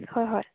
হয় হয়